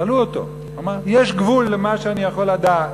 שאלו אותו, אמר: יש גבול למה שאני יכול לדעת.